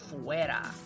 Fuera